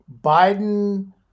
Biden